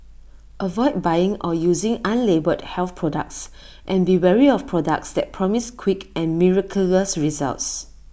avoid buying or using unlabelled health products and be wary of products that promise quick and miraculous results